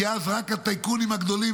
כי רק הטייקונים הגדולים,